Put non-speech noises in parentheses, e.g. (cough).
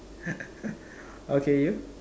(laughs) okay you